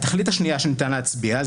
התכלית השנייה שניתן להצביע עליה היא